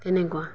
তেনেকুৱা